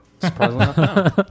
Surprisingly